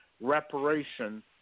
reparation